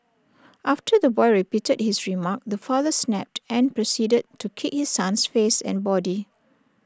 after the boy repeated his remark the father snapped and proceeded to kick his son's face and body